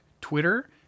twitter